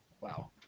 Wow